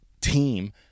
team